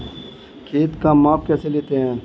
खेत का माप कैसे लेते हैं?